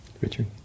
Richard